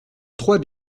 trois